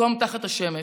"מקום תחת השמש".